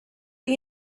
you